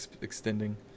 extending